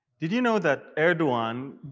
did you know that erdogan,